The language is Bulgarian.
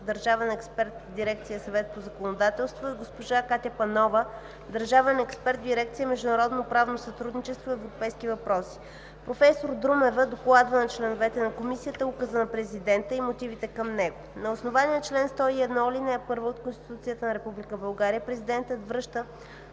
държавен експерт в дирекция „Съвет по законодателство“, и госпожа Катя Панова – държавен експерт в дирекция „Международно правно сътрудничество и европейски въпроси”. Професор Друмева докладва на членовете на Комисията Указа на Президента на Република България и мотивите към него. На основание чл. 101, ал. 1 от Конституцията на Република България Президентът връща